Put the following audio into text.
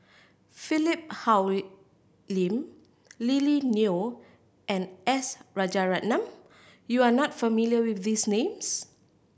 Philip Hoalim Lily Neo and S Rajaratnam you are not familiar with these names